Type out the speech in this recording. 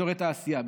אזורי תעשייה,